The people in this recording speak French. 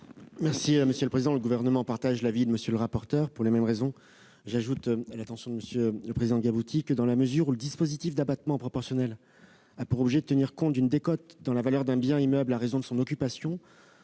du Gouvernement ? Le Gouvernement partage l'avis de M. le rapporteur. J'ajoute à l'intention de M. le président Gabouty que, dans la mesure où le dispositif d'abattement proportionnel a pour objet de tenir compte d'une décote dans la valeur d'un bien immeuble à raison de son occupation,